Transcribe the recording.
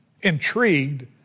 intrigued